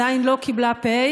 עדיין לא קיבלה פ/,